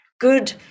good